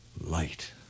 Light